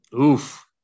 Oof